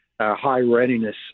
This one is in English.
high-readiness